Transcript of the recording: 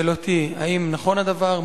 שאלותי: 1. האם נכון הדבר?